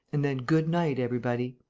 and then good-night, everybody!